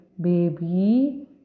Baby